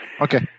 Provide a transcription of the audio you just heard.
okay